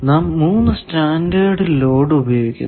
നാം 3 standard load ഉപയോഗിക്കുന്നു